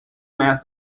mask